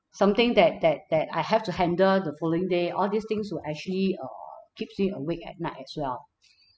something that that that I have to handle the following day all these things will actually err keeps me awake at night as well